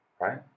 right